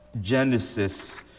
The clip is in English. Genesis